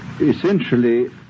essentially